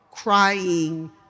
crying